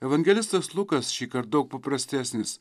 evangelistas lukas šįkart daug paprastesnis